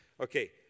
Okay